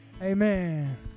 Amen